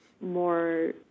more